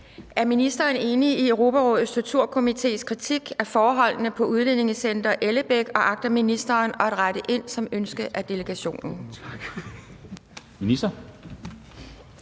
Er ministeren enig i Europarådets Torturkomités kritik af forholdene på Udlændingecenter Ellebæk, og agter ministeren at rette ind som ønsket af delegationen?